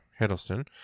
Hiddleston